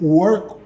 work